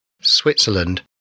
Switzerland